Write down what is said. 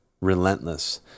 Relentless